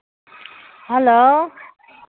hello